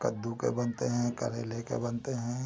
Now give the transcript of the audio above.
कद्दू के बनते हैं करेले के बनते हैं घिया के बनते हैं